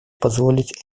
позволить